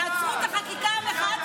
זהו, הדבר הכי פשוט.